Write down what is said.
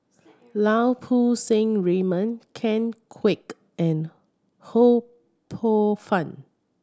Lau Poo Seng Raymond Ken Kwek and Ho Poh Fun